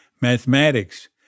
mathematics